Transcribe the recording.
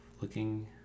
looking